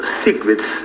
secrets